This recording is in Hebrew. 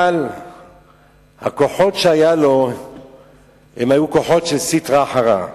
אבל הכוחות שהיו לו היו כוחות של סטרא אחרא.